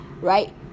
right